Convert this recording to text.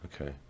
Okay